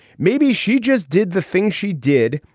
maybe she just did the thing she did.